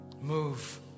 Move